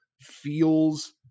feels